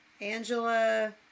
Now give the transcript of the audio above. Angela